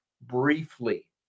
briefly